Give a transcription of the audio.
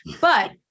But-